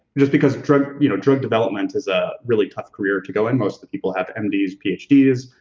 just because drug you know drug development is a really tough career to go in, most of the people have m d s, ph d s,